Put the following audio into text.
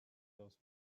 those